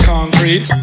Concrete